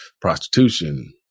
prostitution